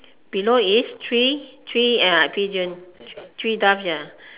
below is three three ya pigeon three doves ya